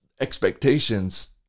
expectations